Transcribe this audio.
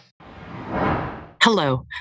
Hello